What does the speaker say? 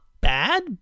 bad